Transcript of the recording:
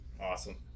Awesome